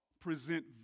present